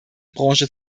branche